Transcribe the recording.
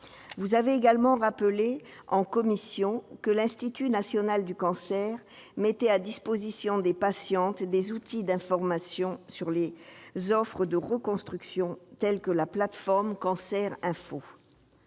Vous avez également rappelé en commission que l'Institut national du cancer mettait à disposition des patientes des outils d'information sur les offres de reconstruction, tels que la plateforme Cancer info.